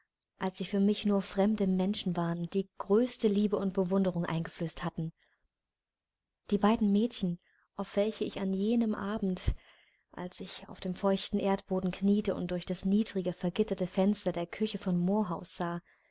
als sie für mich nur fremde menschen waren die größte liebe und bewunderung eingeflößt hatten die beiden mädchen auf welche ich an jenem abend als ich auf dem feuchten erdboden kniete und durch das niedrige vergitterte fenster der küche von moorhouse sah